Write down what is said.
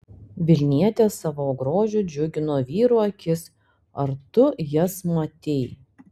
vilnietės savo grožiu džiugino vyrų akis ar tu jas matei